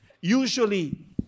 Usually